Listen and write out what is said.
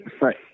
right